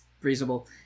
reasonable